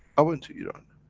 i went to iran,